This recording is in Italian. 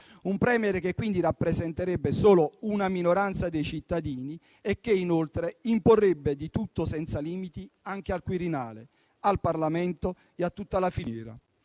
un *Premier* che quindi rappresenterebbe solo una minoranza dei cittadini e che inoltre imporrebbe di tutto e senza limiti anche al Quirinale, al Parlamento e a tutta la filiera